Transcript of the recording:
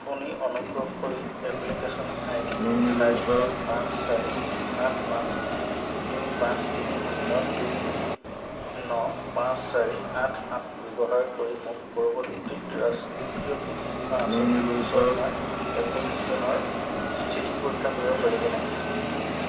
আপুনি অনুগ্ৰহ কৰি এপ্লিকেচন আই ডি চাৰি এক পাঁচ চাৰি আঠ পাঁচ দুই পাঁচ তিনি শূন্য দুই ন পাঁচ চাৰি আঠ সাত ব্যৱহাৰ কৰি মোক পৰিৱৰ্তিত ৰাষ্ট্ৰীয় কৃষি বীমা আঁচনি শস্য বীমা এপ্লিকেচনৰ স্থিতি পৰীক্ষা কৰিব পাৰিবনে